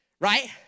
right